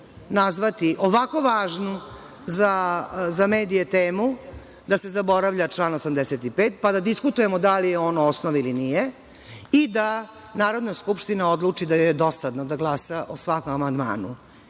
nazvati ovako važnu za medije temu, da se zaboravlja član 85, pa da diskutujemo da li je on osnov ili nije i da Narodna skupština odluči da joj je dosadno da glasa o svakom amandmanu.Za